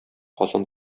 казан